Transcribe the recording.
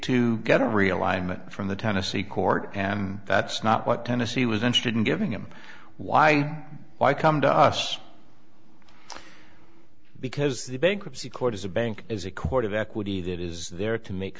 realignment from the tennessee court and that's not what tennessee was interested in giving him why why come to us because the bankruptcy court is a bank is a court of equity that is there to make